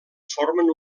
formen